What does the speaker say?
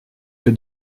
que